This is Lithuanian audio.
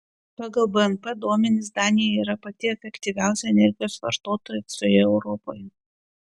pagal bnp duomenis danija yra pati efektyviausia energijos vartotoja visoje europoje